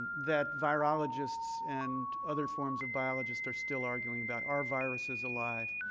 that virologists and other forms of biologists are still arguing about. are viruses alive?